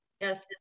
Yes